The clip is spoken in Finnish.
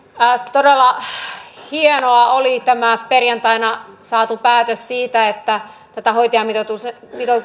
todella hienoa oli tämä perjantaina saatu päätös siitä että tätä hoitajamitoituksen